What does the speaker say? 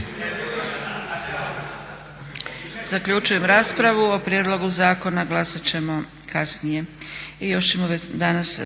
Zaključujem raspravu. O prijedlogu zakona glasat ćemo kasnije.